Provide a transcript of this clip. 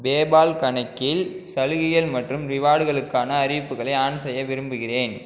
PayPal கணக்கில் சலுகைகள் மற்றும் ரிவார்டுகளுக்கான அறிவிப்புகளை ஆன் செய்ய விரும்புகிறேன்